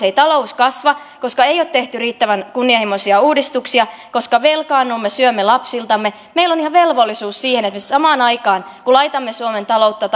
ei talous kasva ei ole tehty riittävän kunnianhimoisia uudistuksia velkaannumme syömme lapsiltamme meillä on ihan velvollisuus siihen että me samaan aikaan kun laitamme suomen taloutta